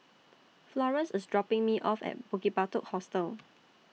Florance IS dropping Me off At Bukit Batok Hostel